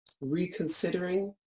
reconsidering